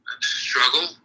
struggle